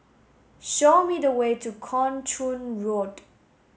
show me the way to Kung Chong Road